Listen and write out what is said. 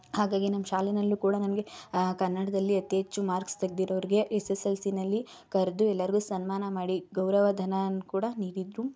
ಹಾಗಾಗಿ ನಮ್ಮ ಶಾಲೆಯಲ್ಲೂ ಕೂಡ ನಮಗೆ ಕನ್ನಡದಲ್ಲಿ ಅತೀ ಹೆಚ್ಚು ಮಾರ್ಕ್ಸ್ ತೆಗೆದಿರೋರಿಗೆ ಎಸ್ ಎಸ್ ಎಲ್ ಸಿಯಲ್ಲಿ ಕರೆದು ಎಲ್ಲರಿಗೂ ಸನ್ಮಾನ ಮಾಡಿ ಗೌರವ ಧನವೂ ಕೂಡ ನೀಡಿದರು